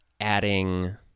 adding